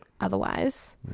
otherwise